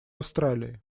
австралии